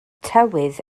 tywydd